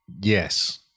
Yes